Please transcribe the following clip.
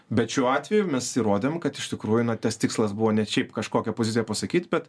bet šiuo atveju mes įrodėm kad iš tikrųjų na tas tikslas buvo ne šiaip kažkokią poziciją pasakyt bet